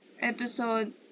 episode